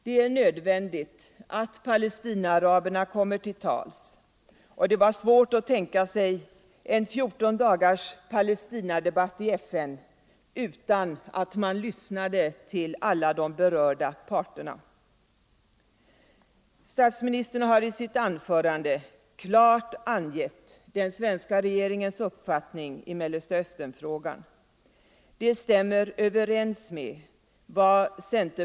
Det är nödvändigt att palestinaaraberna kommer till tals — det vore — Nr 127 svårt att tänka sig en 14 dagars Palestinadebatt i FN utan att man lyssnade Fredagen den till alla de berörda parterna. 22 november 1974 Statsministern har i sitt anförande klart angett den svenska regeringens I uppfattning i Mellersta Östern-frågan. Det stämmer överens med vad Ang.